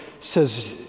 says